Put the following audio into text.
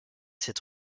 cette